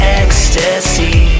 ecstasy